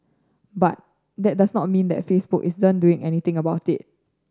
but that does not mean that Facebook isn't doing anything about it